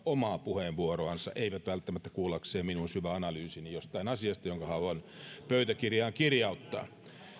omaa puheenvuoroansa eivät välttämättä kuullakseen minun syväanalyysini jostain asiasta jonka haluan pöytäkirjaan kirjauttaa